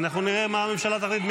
אנחנו נראה מה הממשלה תחליט,